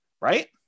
right